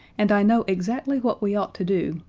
and i know exactly what we ought to do,